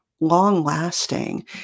long-lasting